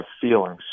feelings